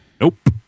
Nope